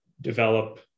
develop